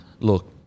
look